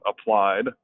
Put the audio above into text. applied